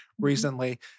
recently